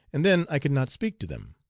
and then i could not speak to them.